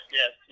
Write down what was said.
yes